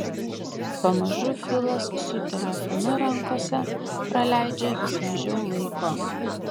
pamažu filas su telefonu rankose praleidžia vis mažiau laiko